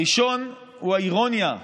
הראשון הוא האירוניה.